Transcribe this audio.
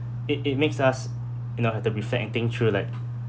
it it makes us you know at the reflect and think through like